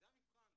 זה המבחן,